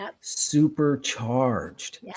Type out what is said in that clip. supercharged